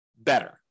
better